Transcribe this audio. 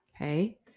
okay